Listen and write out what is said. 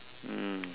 mm